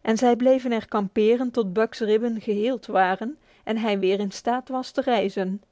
en zij bleven er kamperen tot buck's ribben geheeld waren en hij weer in staat was te reizen